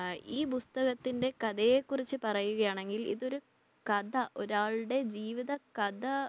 ഈ പുസ്തകത്തിൻ്റെ കഥയെ കുറിച്ച് പറയുകയാണെങ്കിൽ ഇതൊരു കഥ ഒരാളുടെ ജീവിത കഥ